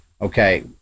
Okay